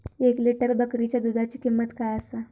एक लिटर बकरीच्या दुधाची किंमत काय आसा?